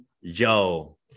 yo